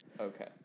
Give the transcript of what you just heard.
Okay